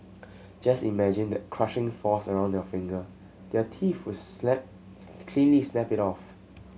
just imagine that crushing force around your finger their teeth would snap cleanly snap it off